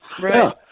Right